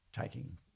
taking